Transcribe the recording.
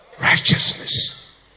righteousness